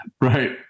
Right